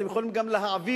אתם יכולים גם להעביר,